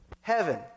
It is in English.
heaven